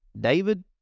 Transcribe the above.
David